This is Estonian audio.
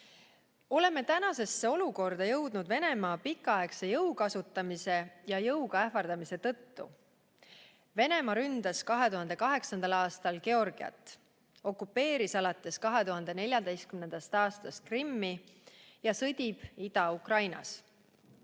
Oleme tänasesse olukorda jõudnud Venemaa pikaaegse jõukasutamise ja jõuga ähvardamise tõttu. Venemaa ründas 2008. aastal Georgiat, okupeerib alates 2014. aastast Krimmi ja sõdib Ida-Ukrainas.